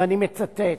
ואני מצטט: